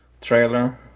trailer